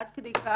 עד כדי כך